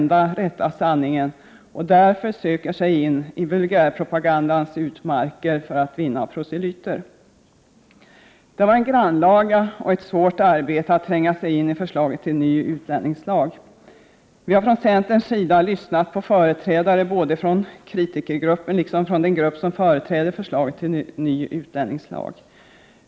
1988/89:125 sanningen och därför söker sig in i vulgärpropagandans utmarker för att 31 maj 1989 vinna proselyter. Det har varit ett grannlaga och svårt arbete att tränga in i förslaget till ny utlänningslag. Vi har från centerns sida lyssnat på företrädare såväl för kritikergruppen som för den grupp som företräder förslaget till ny utlänningslag.